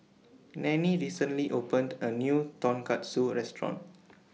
Nannie recently opened A New Tonkatsu Restaurant